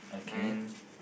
and